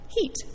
heat